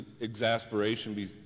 exasperation